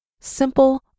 simple